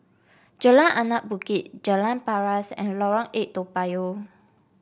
Jalan Anak Bukit Jalan Paras and Lorong Eight Toa Payoh